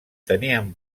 tenien